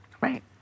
Right